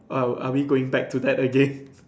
!wow! are we going back to that again